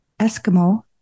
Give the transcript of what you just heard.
Eskimo